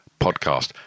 podcast